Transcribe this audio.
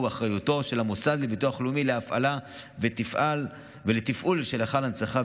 אחריותו של המוסד לביטוח לאומי להפעלה ולתפעול של היכל ההנצחה,